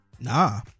Nah